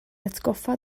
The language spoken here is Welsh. atgoffa